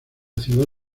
ciudad